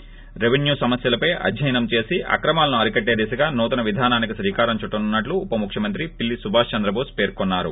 శి రెవెన్యూ సమస్యలపై అద్యయనం చేసి అక్రమాలను అరికట్లే దిశగా నూతన విదానానికి శ్రీకారం చుట్టనున్నట్లు ఉప ముఖ్యమంత్రి పిల్లి సుభాస్ చంద్రబోస్ పెర్కున్నారు